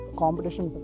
competition